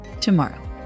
tomorrow